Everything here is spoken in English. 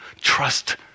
Trust